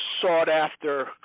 sought-after